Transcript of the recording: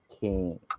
king